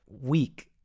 week